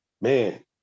man